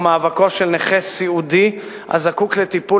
או את מאבקו של נכה סיעודי הזקוק לטיפול